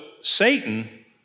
Satan